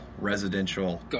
residential